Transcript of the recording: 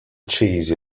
cheese